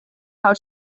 how